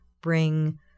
bring